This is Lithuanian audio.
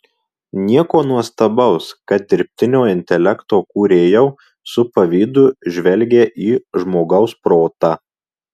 nieko nuostabaus kad dirbtinio intelekto kūrėjau su pavydu žvelgią į žmogaus protą